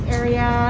area